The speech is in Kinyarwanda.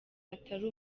atari